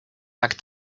back